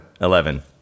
Eleven